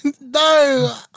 No